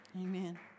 Amen